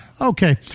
Okay